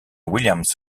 williams